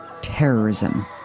terrorism